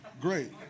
great